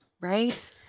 Right